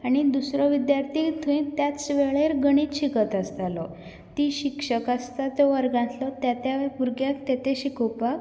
आनी दुसरो विद्यार्थी थंय त्याच वेळार गणीत शिकत आसतालो ती शिक्षक आसता तो वर्गांतलो त्या त्या भुरग्याक तें तें शिकोवपाक